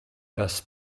das